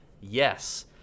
yes